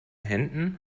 händen